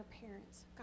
parents